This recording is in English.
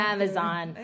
Amazon